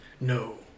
No